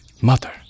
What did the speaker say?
mother